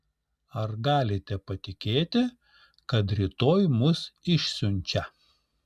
ar galite patikėti kad rytoj mus išsiunčia